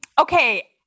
Okay